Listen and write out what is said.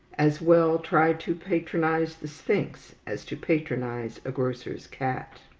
as well try to patronize the sphinx as to patronize a grocer's cat.